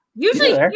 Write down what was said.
Usually